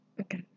Okay